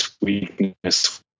weakness